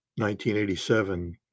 1987